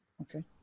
Okay